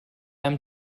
einem